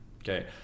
okay